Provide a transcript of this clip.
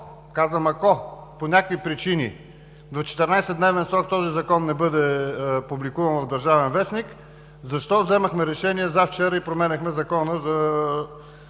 казвам ако, по някакви причини в 14-дневен срок този закон не бъде публикуван в „Държавен вестник“ защо вземахме решение завчера и променяхме Закона за